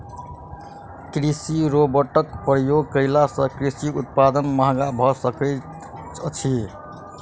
कृषि रोबोटक प्रयोग कयला सॅ कृषि उत्पाद महग भ सकैत अछि